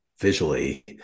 visually